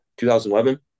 2011